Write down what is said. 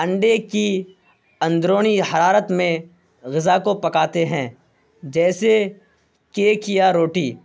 انڈے کی اندرونی حرارت میں غذا کو پکاتے ہیں جیسے کیک یا روٹی